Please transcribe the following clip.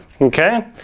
okay